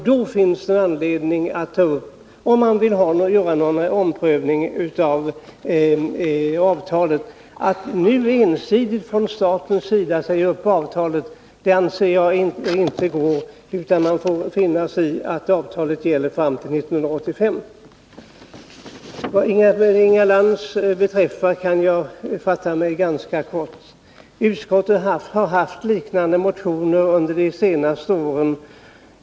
Då finns det anledning att ta upp frågan om en omprövning av avtalet, om man vill ha en sådan. Att ensidigt från statens sida nu säga upp avtalet anser jag inte går, utan man får finna sig i att avtalet gäller fram till 1985. Vad Inga Lantz beträffar kan jag fatta mig ganska kort. Utskottet har haft liknande motioner under de senaste åren.